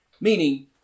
Meaning